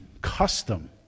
custom